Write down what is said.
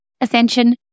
ascension